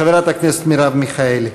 חברת הכנסת מרב מיכאלי.